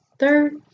Third